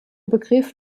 begriff